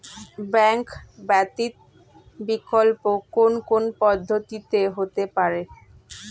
Bank ব্যতীত বিকল্প কোন কোন পদ্ধতিতে হতে পারে?